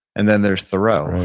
and then there's thoreau.